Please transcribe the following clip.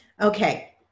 Okay